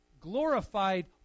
glorified